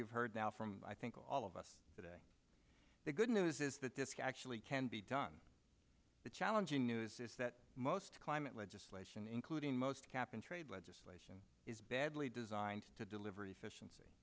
you've heard now from i think all of us today the good news is that this actually can be done the challenging news is that most climate legislation including most cap and trade legislation is badly do zines to deliver efficiency